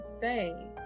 say